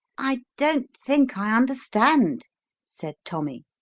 i don't think i under stand said tommy.